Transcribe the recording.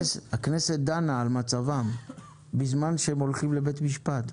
הכנסת דנה על מצבם בזמן שהם הולכים לבית המשפט.